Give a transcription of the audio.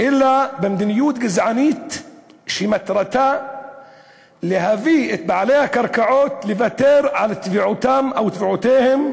אלא במדיניות גזענית שמטרתה להביא את בעלי הקרקעות לוותר על תביעותיהם,